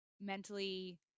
mentally